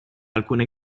alcune